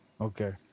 Okay